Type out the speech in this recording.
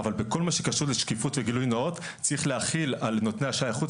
אבל בכל מה שקשור לשקיפות וגילוי נאות צריך להחיל על נותני אשראי חוץ